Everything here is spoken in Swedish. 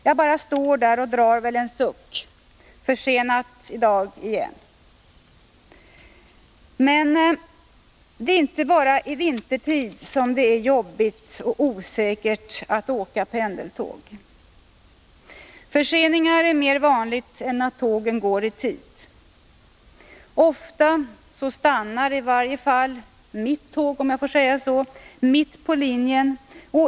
Jag bara står där och drar väl kanske en suck — försenat i dag igen. Men det är inte bara i vintertid det är jobbigt och osäkert att åka pendeltåg. Att tågen är försenade är mer vanligt än att de går i tid. Ofta stannar de — i varje fall mitt tåg, om jag får säga så — mitt på linjen.